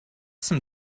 some